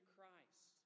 Christ